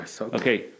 Okay